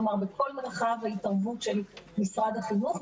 כלומר בכל מרחב ההתערבות של משרד החינוך.